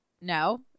No